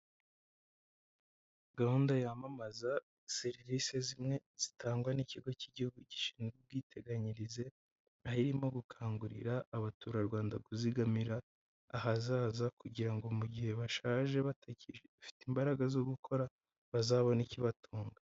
Gahunda yamamaza serivise zimwe zitangwa n'ikigo cy'igihugu gishinzwe ubwiteganyirize, aho irimo gukangurira abaturarwanda kuzigamira ahazaza, kugira ngo mu gihe bashaje, batagifite imbaraga zo gukora, bazabone ikibatunga.